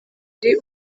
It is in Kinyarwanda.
wari